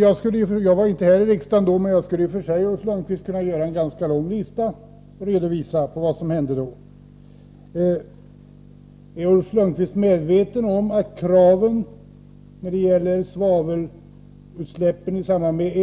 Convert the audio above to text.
Jag var inte här i riksdagen då, men jag skulle ändå kunna göra en lång lista och redovisa vad som hände då, Ulf Lönnqvist. Är Ulf Lönnqvist medveten om att kraven när det gäller svavelutsläpp i samband med